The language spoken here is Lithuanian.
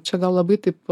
čia gal labai taip